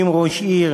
אם ראש עיר